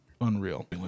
Unreal